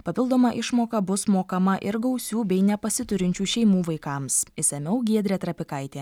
papildoma išmoka bus mokama ir gausių bei nepasiturinčių šeimų vaikams išsamiau giedrė trapikaitė